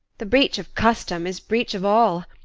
the breach of custom is breach of all.